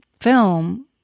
film